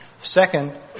Second